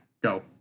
Go